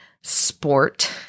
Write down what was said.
sport